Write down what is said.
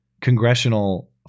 congressional